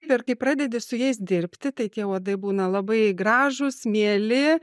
ir kai pradedi su jais dirbti tai tie uodai būna labai gražūs mieli